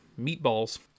meatballs